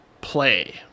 play